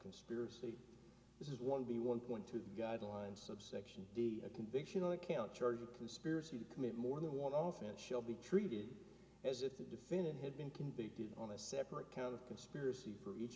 conspiracy this is one b one point two guidelines subsection d a conviction or count charge of conspiracy to commit more than one off and shall be treated as if the defendant had been convicted on a separate count of conspiracy for each